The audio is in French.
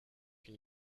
une